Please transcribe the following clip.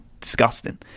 disgusting